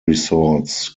resorts